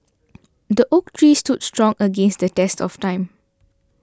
the oak tree stood strong against the test of time